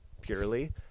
purely